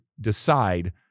decide